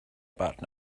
about